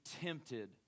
tempted